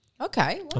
Okay